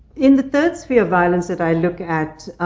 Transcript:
in the third sphere of violence that i look at,